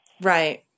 Right